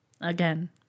again